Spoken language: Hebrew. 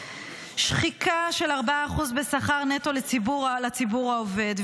שחיקה של 4% בשכר נטו לציבור העובד,